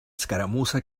escaramuza